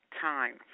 time